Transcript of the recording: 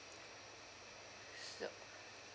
so